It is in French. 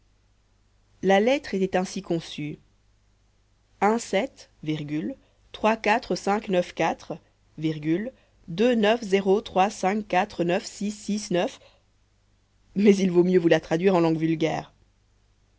la lettre était ainsi conçue mais il vaut mieux vous la traduire en langue vulgaire